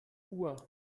uhr